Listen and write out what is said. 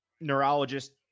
neurologist